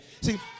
See